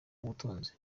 ubutunzi